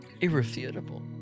irrefutable